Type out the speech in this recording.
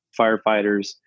firefighters